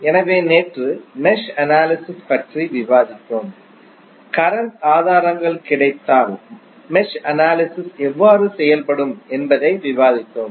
எனவே நேற்று mesh analysis பற்றி விவாதித்தோம் கரண்ட் ஆதாரங்கள் கிடைத்தால் மெஷ் அனாலிஸிஸ் எவ்வாறு செய்யப்படும் என்பதையும் விவாதித்தோம்